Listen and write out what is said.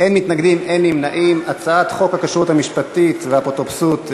חוק הכשרות המשפטית והאפוטרופסות (תיקון,